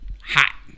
hot